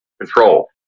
control